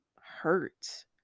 hurt